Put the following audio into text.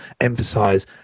emphasize